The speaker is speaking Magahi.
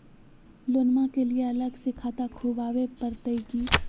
लोनमा के लिए अलग से खाता खुवाबे प्रतय की?